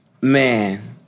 man